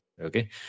okay